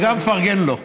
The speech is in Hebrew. וגם מפרגן לו.